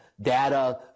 data